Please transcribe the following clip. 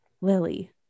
lily